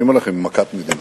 אני אומר לכם, מכת מדינה.